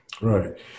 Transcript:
right